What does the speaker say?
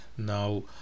Now